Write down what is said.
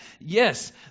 yes